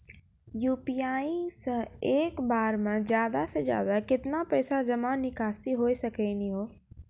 UPI से एक बार मे ज्यादा से ज्यादा केतना पैसा जमा निकासी हो सकनी हो?